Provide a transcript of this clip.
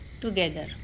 together